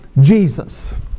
Jesus